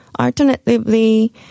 Alternatively